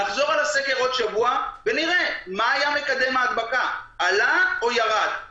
נחזור על הסקר בעוד שבוע ונראה מה היה מקדם ההדבקה עלה או ירד.